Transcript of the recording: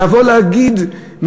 לבוא להגיד,